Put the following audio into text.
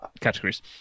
Categories